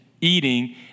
eating